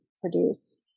produce